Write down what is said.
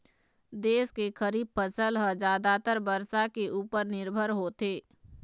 देश के खरीफ फसल ह जादातर बरसा के उपर निरभर होथे